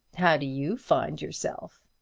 how do you find yourself?